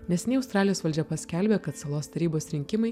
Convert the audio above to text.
neseniai australijos valdžia paskelbė kad salos tarybos rinkimai